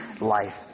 life